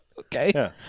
Okay